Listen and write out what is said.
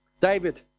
David